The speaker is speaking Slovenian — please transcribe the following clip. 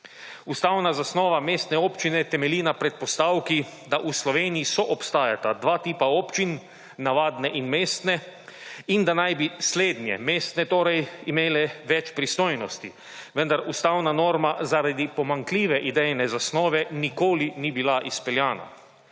Ustavna zasnova mestne občine temelji na predpostavki, da v Sloveniji soobstajata dva tipa občin, navadne in mestne in da naj bi slednje, mestne torej, imele več pristojnosti, vendar ustavna norma zaradi pomanjkljive idejne zasnove nikoli ni bila izpeljana.